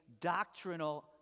doctrinal